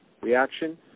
reaction